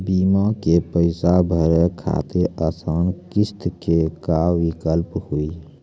बीमा के पैसा भरे खातिर आसान किस्त के का विकल्प हुई?